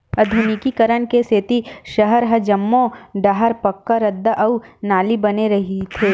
आधुनिकीकरन के सेती सहर म जम्मो डाहर पक्का रद्दा अउ नाली बने रहिथे